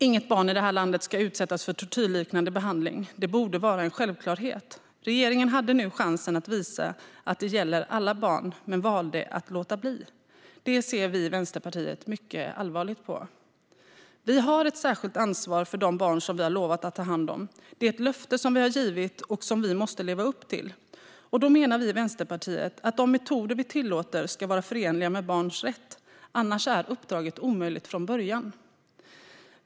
Inget barn i det här landet ska utsättas för tortyrliknande behandling. Det borde vara en självklarhet. Regeringen hade nu chansen att visa att det gäller alla barn men valde att låta bli. Det ser vi i Vänsterpartiet mycket allvarligt på. Vi har ett särskilt ansvar för de barn som vi har lovat att ta hand om. Det är ett löfte som vi har givit och som vi måste leva upp till. Vi i Vänsterpartiet menar att de metoder vi tillåter ska vara förenliga med barns rätt. Annars är uppdraget omöjligt från början.